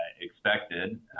expected